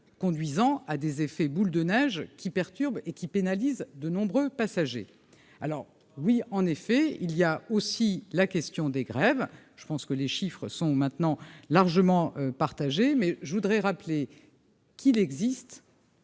conduisant à des effets boule de neige qui perturbe et qui pénalise de nombreux passagers alors oui en effet il y a aussi la question des grèves, je pense que les chiffres sont maintenant largement partagé, mais je voudrais rappeler qu'il existe.